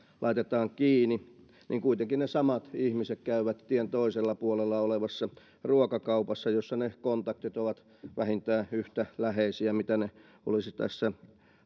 laitetaan kiinni niin kuitenkin ne samat ihmiset käyvät tien toisella puolella olevassa ruokakaupassa jossa ne kontaktit ovat vähintään yhtä läheisiä kuin ne olisivat tässä